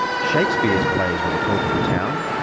shakespeare's plays were the talk of the town,